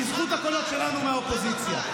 בזכות הקולות שלנו מהאופוזיציה.